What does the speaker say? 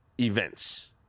events